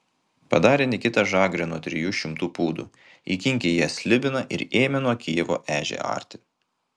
padarė nikita žagrę nuo trijų šimtų pūdų įkinkė į ją slibiną ir ėmė nuo kijevo ežią arti